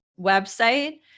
website